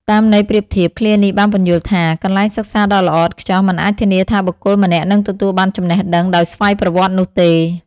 តាមន័យប្រៀបធៀប ឃ្លានេះបានពន្យល់ថា កន្លែងសិក្សាដ៏ល្អឥតខ្ចោះ មិនអាចធានាថាបុគ្គលម្នាក់នឹងទទួលបានចំណេះដឹងដោយស្វ័យប្រវត្តិនោះទេ។